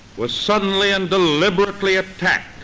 was suddenly and deliberately attacked